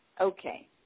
Okay